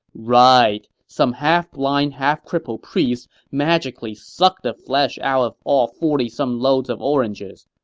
right, some half blind, half-crippled priest magically sucked the flesh out of all forty some loads of oranges.